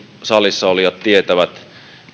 salissa olijat hyvin tietävät